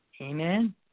amen